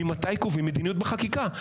ממתי קובעים "מדיניות" בחקיקה?